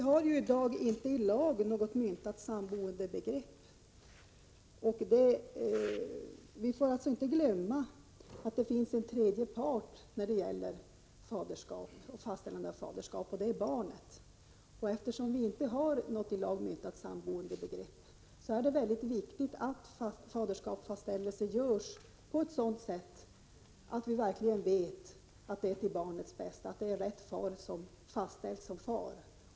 Fru talman! Vi får inte glömma att det finns en tredje part när det gäller fastställande av faderskap, och det är barnet. Eftersom vi i dag inte har något ilag myntat samboendebegrepp, är det viktigt att faderskapsfastställelse görs på sådant sätt att vi verkligen vet att det är till barnets bästa — att det är rätt man som fastställs som far.